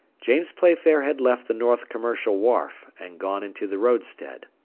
james playfair had left the north commercial wharf and gone into the roadstead,